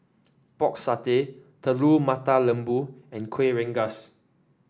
Pork Satay Telur Mata Lembu and Kuih Rengas